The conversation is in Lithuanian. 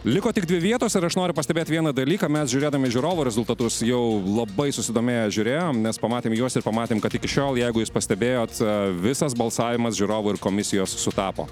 liko tik dvi vietos ir ar aš noriu pastebėti vieną dalyką mes žiūrėdami žiūrovų rezultatus jau labai susidomėję žiūrėjom nes pamatėm juos ir pamatėm kad iki šiol jeigu jūs pastebėjot visas balsavimas žiūrovų ir komisijos sutapo